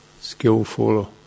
skillful